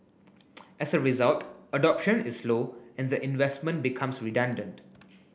as a result adoption is low and the investment becomes redundant